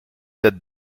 date